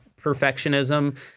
perfectionism